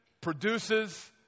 produces